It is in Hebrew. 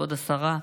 כבוד השרה,